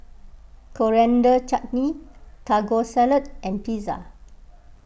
Coriander Chutney Taco Salad and Pizza